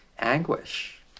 anguish